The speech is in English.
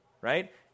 right